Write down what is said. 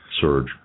surge